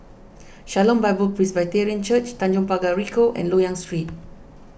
Shalom Bible Presbyterian Church Tanjong Pagar Ricoh and Loyang Street